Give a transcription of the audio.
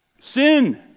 Sin